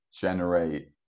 generate